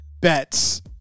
Bets